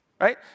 right